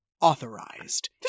authorized